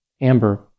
Amber